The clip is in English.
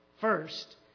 first